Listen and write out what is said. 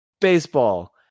Baseball